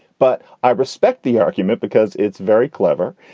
but i respect the argument because it's very clever.